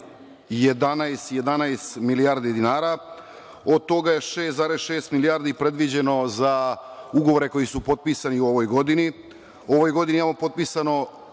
11 milijardi dinara, od toga je 6,6 milijardi predviđeno za ugovore koji su potpisani u ovoj godini. U ovoj godini imamo potpisan